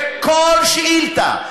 בכל שאילתה,